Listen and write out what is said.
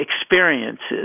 experiences